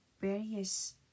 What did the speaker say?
various